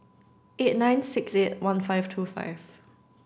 eight nine six eight one five two five